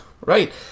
right